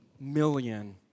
million